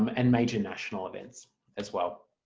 um and major national events as well.